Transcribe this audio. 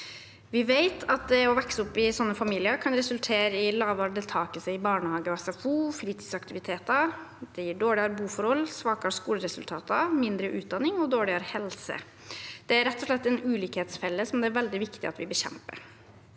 Vi vet at det å vokse opp i sånne familier kan resultere i lavere deltakelse i barnehage og SFO og fritidsaktiviteter, det gir dårligere boforhold, svakere skoleresultater, mindre utdanning og dårligere helse. Det er rett og slett en ulikhetsfelle som det er veldig viktig at vi bekjemper.